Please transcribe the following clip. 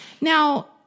Now